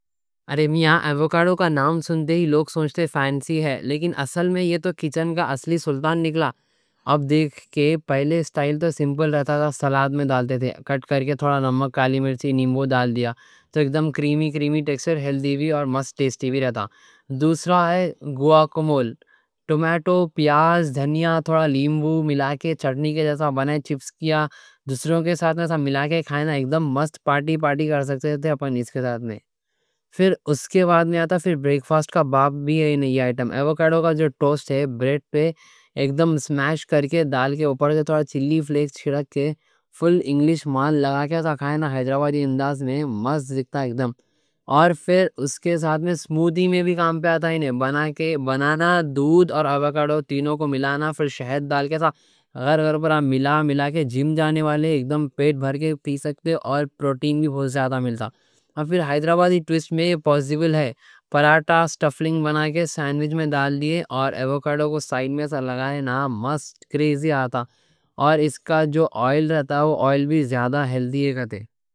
ارے میاں ایووکاڈو کا نام سنتے ہی لوگ سمجھتے فینسی ہے لیکن اصل میں یہ تو کچن کا اصلی سلطان نکلا۔ اب دیکھ کے پہلے اسٹائل تو سمپل رہتا تھا۔ سلاد میں ڈالتے تھے کٹ کر کے تھوڑا نمک، کالی مرچ، لیمبو ڈال دیا تو اکدم کریمی کریمی ٹیکسچر، ہیلدی بھی اور مست ٹیسٹی بھی رہتا۔ دوسرا ہے گواکامولے: ٹومیٹو، پیاز، دھنیا، تھوڑا لیمبو ملا کے چٹنی کے جیسا بنا، چپس یا دوسروں کے ساتھ میں ملا کے کھائے نا، اکدم مست، پارٹی پارٹی کر سکتے تھے ہم۔ اس کے ساتھ میں پھر اس کے بعد میں آتا، پھر بریکفاسٹ کا باب بھی ہے: ایووکاڈو ٹوسٹ، بریڈ پہ اکدم اسمیش کر کے ڈال کے، اوپر سے تھوڑا چلی فلیکس چھڑک کے، فل انگلش مال لگا کے آتا، کھائے نا حیدرآبادی انداز میں مست لگتا اکدم۔ اور پھر اس کے ساتھ میں سموڈی میں بھی کام پہ آتا، بن کے کیلا، دودھ اور ایووکاڈو تینوں ملا کے، پھر شہد ڈال کے، گھر گھر پورا ملا کے جم جانے والا۔ اکدم پیٹ بھر کے پی سکتے اور پروٹین بھی بہت زیادہ ملتا۔ اور پھر حیدرآبادی ٹویسٹ میں یہ پوسیبل ہے، پراتھا اسٹفنگ بنا کے سینڈوِچ میں ڈال دیئے اور ایووکاڈو کو سائیڈ میں سا لگائے نا، مست کریزی آتا۔ اور اس کا جو آئل رہتا وہ آئل بھی زیادہ ہیلدی ہے۔